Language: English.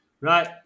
Right